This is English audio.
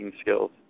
skills